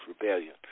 rebellion